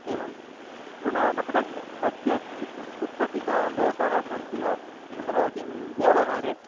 एवं पुनः तत्र तस्य कुत्रचित् दिशाः सन्ति वा तत्र किं व्यवहारे